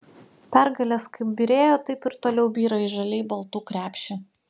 pergalės kaip byrėjo taip ir toliau byra į žaliai baltų krepšį